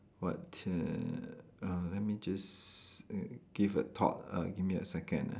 what err uh let me just err give a thought uh give me a second ah